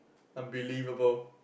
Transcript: unbelievable